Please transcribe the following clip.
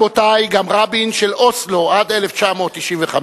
רבותי, גם רבין של אוסלו, עד 1995,